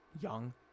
young